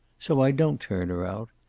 so i don't turn her out.